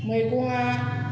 मैगंआ